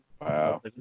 wow